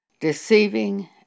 deceiving